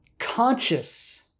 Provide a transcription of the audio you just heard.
Conscious